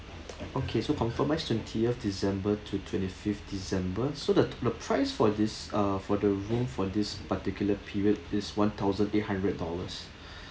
okay so confirm ya twentieth december to twenty-fifth december so the the price for this uh for the room for this particular period is one thousand eight hundred dollars